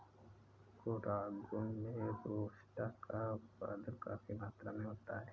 कोडागू में रोबस्टा का उत्पादन काफी मात्रा में होता है